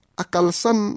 akalsan